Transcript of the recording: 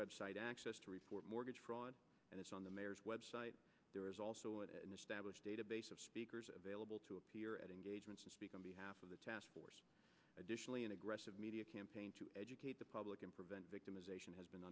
website access to report mortgage fraud and it's on the mayor's web site there is also an established database of speakers available to appear at engagement half of the task force additionally an aggressive media campaign to educate the public and prevent victimization has been